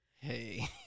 Hey